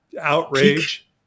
outrage